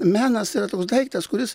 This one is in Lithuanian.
menas yra toks daiktas kuris